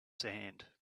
sand